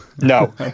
No